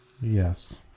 Yes